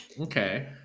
Okay